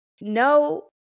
no